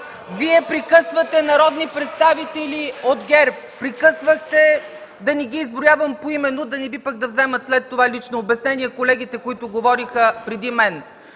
Вие прекъсвате народни представители от ГЕРБ, прекъсвате – да не ги изброявам поименно, да не би пък да вземат след това лично обяснение колегите, които говориха преди мен,